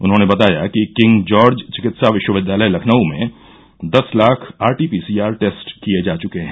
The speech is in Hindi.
उन्होंने बताया कि किंग जार्ज चिकित्सा विश्वविद्यालय लखनऊ में दस लाख आरटीपीसीआर टेस्ट किये जा चुके हैं